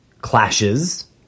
clashes